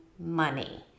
Money